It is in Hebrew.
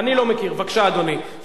בבקשה, אדוני, שלוש דקות.